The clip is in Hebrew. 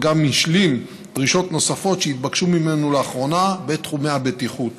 וגם השלים דרישות נוספות שהתבקשו ממנו לאחרונה בתחומי הבטיחות.